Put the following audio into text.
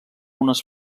unes